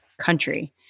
country